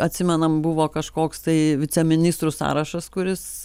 atsimenam buvo kažkoks tai viceministrų sąrašas kuris